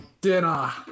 dinner